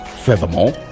Furthermore